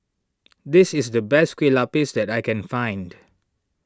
this is the best Kueh Lapis that I can find